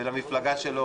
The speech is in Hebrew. ולמפלגה שלו,